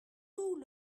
tout